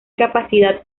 capacidad